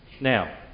Now